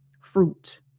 fruit